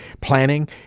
planning